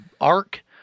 arc